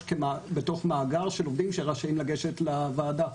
בתוך מאגר של עובדים שרשאים לגשת לוועדה.